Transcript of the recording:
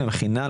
למכינה,